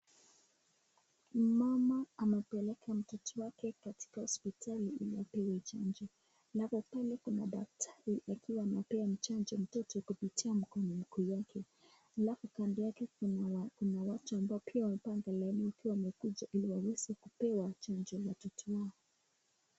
Mama amempeleka mtoto wake katika hospitali ili apewe chanjo. Na hapo pale kuna daktari akiwa anampa chanjo mtoto kupitia mkono mkuu wake. Alafu kando yake kuna watu ambao pia wamepanga laini wakiwa wamekuja ili waweze kupewa chanjo watoto wao.